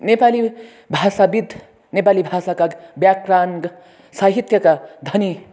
नेपाली भाषाविद नेपाली भाषाका व्याकरण साहित्यका धनी